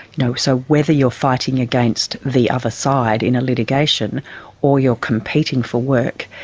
you know so whether you are fighting against the other side in a litigation or you are competing for work,